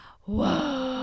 whoa